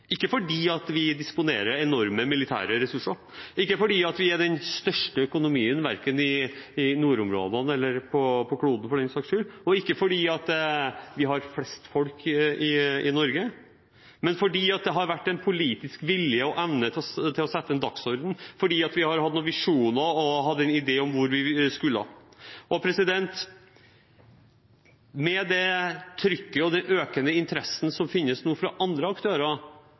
ikke fordi vi disponerer enorme militære ressurser, ikke fordi vi er den største økonomien i nordområdene eller for den saks skyld på kloden, og ikke fordi vi har flest folk, men fordi det har vært en politisk vilje og evne til å sette dagsorden, fordi vi har hatt noen visjoner og en idé om hvor vi skulle. Med det trykket og den økende interessen som finnes fra andre aktører,